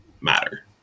matter